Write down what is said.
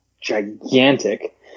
gigantic